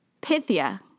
Pythia